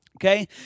Okay